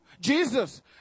Jesus